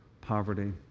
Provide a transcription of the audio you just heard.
poverty